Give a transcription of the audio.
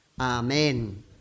Amen